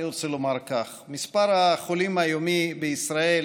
אני רוצה לומר כך: מספר החולים היומי בישראל